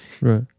right